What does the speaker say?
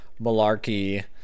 malarkey